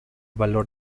valor